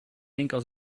henker